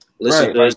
listen